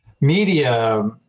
media